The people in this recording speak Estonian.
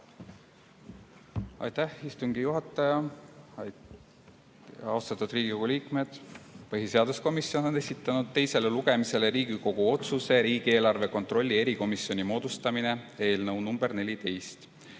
Aitäh, istungi juhataja! Austatud Riigikogu liikmed! Põhiseaduskomisjon on esitanud teisele lugemisele Riigikogu otsuse "Riigieelarve kontrolli erikomisjoni moodustamine" eelnõu nr 14.